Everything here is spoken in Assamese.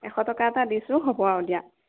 এশ টকা এটা দিছোঁ হ'ব আৰু দিয়া